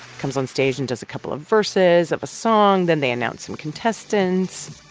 comes onstage and does a couple of verses of a song. then they announce some contestants